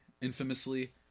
infamously